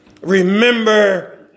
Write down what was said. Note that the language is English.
remember